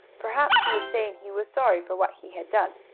perhaps he was saying he was sorry for what he had done,